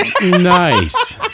Nice